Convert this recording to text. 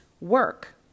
work